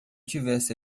tivesse